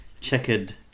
checkered